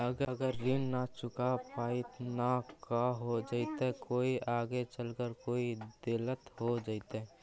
अगर ऋण न चुका पाई न का हो जयती, कोई आगे चलकर कोई दिलत हो जयती?